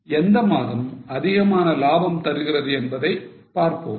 எனவே எந்த மாதம் அதிகமான லாபம் தருகிறது என்பதை பார்ப்போம்